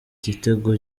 igitego